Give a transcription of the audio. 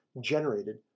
generated